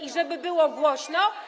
i żeby było głośno?